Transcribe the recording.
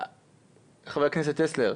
חבר הכנסת טסלר,